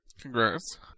Congrats